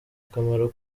akamaro